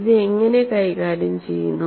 ഇത് എങ്ങനെ കൈകാര്യം ചെയ്യുന്നു